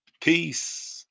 peace